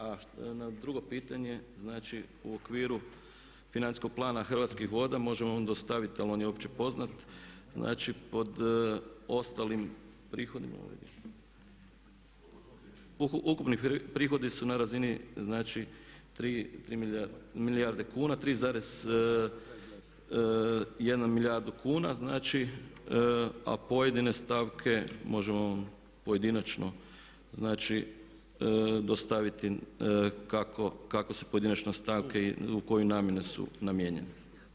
A na drugo pitanje, u okviru financijskog plana Hrvatskih voda možemo vam dostaviti ali on je opće poznata znači pod ostalim prihodima, ukupni prihodi su na razini 3 milijarde kuna, 3,1 milijardu kuna znači a pojedine stavke možemo vam pojedinačno dostaviti kako su pojedinačne stavke i u koju namjenu su namijenjene.